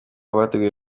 bateguye